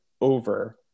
over